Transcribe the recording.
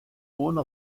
ohne